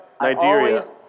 Nigeria